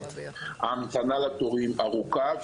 ההמתנה לתורים ארוכה,